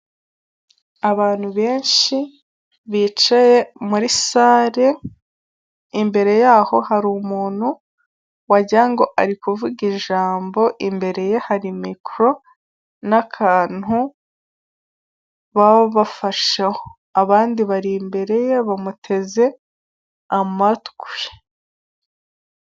Abantu benshi bicaye muri sale, imbere yaho hari umuntu wagira ngo ari kuvuga ijambo imbere ye hari mikoro n'akantu baba bafasheho, abandi bari imbere ye bamuteze amatwi.